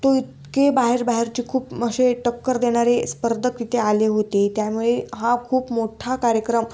तो इतके बाहेर बाहेरचे खूप असे टक्कर देणारे स्पर्धक तिथे आले होते त्यामुळे हा खूप मोठा कार्यक्रम